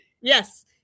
Yes